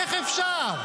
איך אפשר?